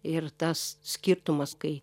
ir tas skirtumas kai